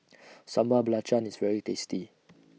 Sambal Belacan IS very tasty